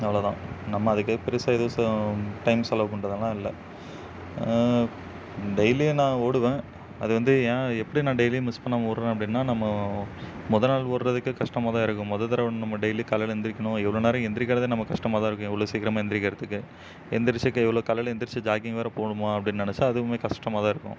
அவ்வளோ தான் நம்ம அதுக்கு பெருசாக எதுவும் சேம் டைம் செலவு பண்ணுறதலாம் இல்லை டெய்லியும் நான் ஓடுவேன் அது வந்து ஏன் எப்படி நான் டெய்லியும் மிஸ் பண்ணாமல் ஓடுறேன் அப்படின்னா நம்ம முத நாள் ஓடுறதுக்கு கஷ்டமாக தான் இருக்கும் முத தடவ நம்ம டெய்லி காலையில எந்திரிக்கணும் இவ்வளோ நேரம் எந்திரிக்கிறதே நமக்கு கஷ்டமாக தான் இருக்குது இவ்வளோ சீக்கிரமாக எந்திரிக்கிறத்துக்கு எந்திரிச்சிக்கு இவ்வளோ காலையில எந்திரச்சு ஜாகிங் வேற போகணுமா அப்படின்னு நினச்சா அதுவுமே கஷ்டமாக தான் இருக்கும்